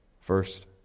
First